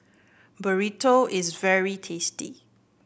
burrito is very tasty